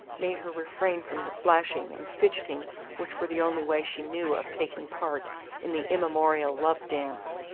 made her refrain from the flashing and fidgeting which were the only way she knew of taking part in the immemorial love-dance.